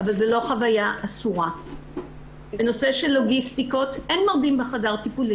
קשה לי להבין, במיוחד כשזה בא ממנהלים בכירים,